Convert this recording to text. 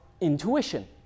intuition